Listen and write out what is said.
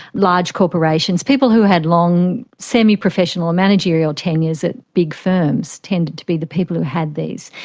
large corporations, people who had long semi-professional or managerial tenures at big firms tended to be the people who had these.